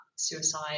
suicide